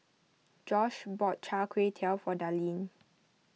Josh bought Char Kway Teow for Darlene